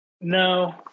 no